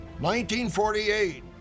1948